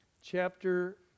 chapter